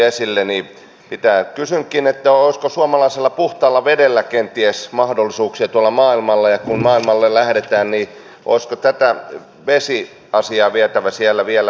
minusta tämä on kyllä nobelin taloustieteen palkinnon ansaitseva malli että pystytään kaikki perumaan eikä velkaa niin paljon kuin nyt eikä veronkorotuksia